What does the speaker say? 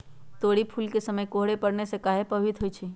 तोरी फुल के समय कोहर पड़ने से काहे पभवित होई छई?